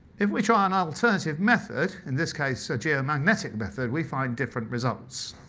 if we try an alternative method, in this case a geomagnetic method, we find different results.